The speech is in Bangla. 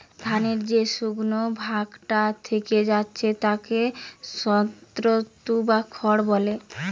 ধানের যে শুকনো ভাগটা থিকে যাচ্ছে তাকে স্ত্রও বা খড় বলে